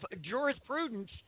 jurisprudence